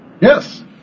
Yes